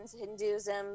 hinduism